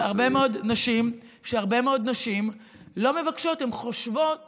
שהרבה מאוד נשים לא מבקשות, הן חושבות